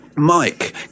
Mike